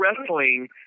wrestling